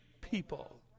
people